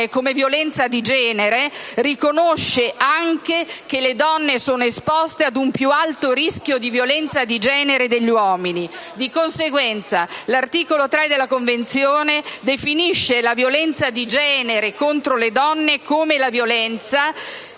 come violenza di genere, riconosce anche che le donne sono esposte ad un più alto rischio di violenza di genere degli uomini. Di conseguenza, l'articolo 3 della Convenzione definisce la violenza di genere contro le donne come la violenza